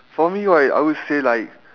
for me right I would say like